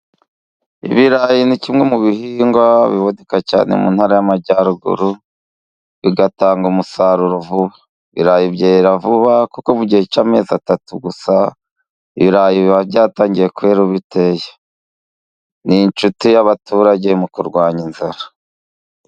Ibirayi ni kimwe mu bihingwa biboneka cyane mu ntara y'Amajyaruguru bigatanga umusaruro vuba. Irayi byera vuba kuko mu gihe cy'amezi atatu gusa, ibirayi biba byatangiyekwera biteye. Gusa ni inshuti y'abaturage mu kurwanya inzara.